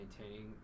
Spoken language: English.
maintaining